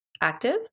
active